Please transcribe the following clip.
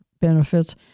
benefits